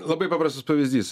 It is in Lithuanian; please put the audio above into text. labai paprastas pavyzdys